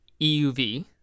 EUV